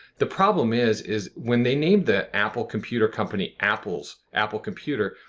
the problem is is when they named the apple computer company apple apple computer,